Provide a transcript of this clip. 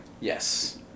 Yes